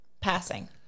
Passing